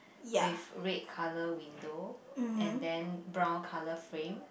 with red color window and then brown color frame